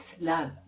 love